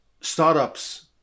startups